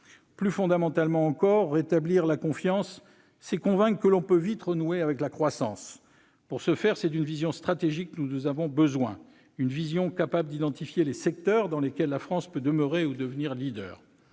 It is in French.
Plus fondamentalement encore, rétablir la confiance impose de convaincre que l'on peut vite renouer avec la croissance. Pour ce faire, nous avons besoin d'une vision stratégique capable d'identifier les secteurs dans lesquels la France peut demeurer ou devenir leader.